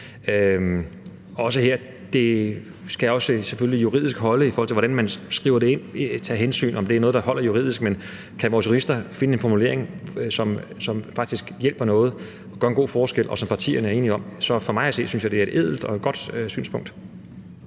skal holde juridisk, i forhold til hvordan man skriver det ind, altså om sådan et hensyn er noget, der holder juridisk. Men kan vores jurister finde en formulering, som faktisk hjælper noget, som gør en god forskel, og som partierne er enige om, så er det for mig at se et ædelt og et godt synspunkt.